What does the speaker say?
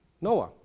Noah